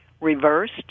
reversed